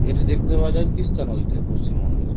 এটি দেখতে পাওয়া যায় তিস্তা নদীতে পশ্চিমবঙ্গের